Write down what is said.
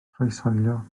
croeshoelio